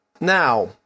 Now